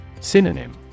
Synonym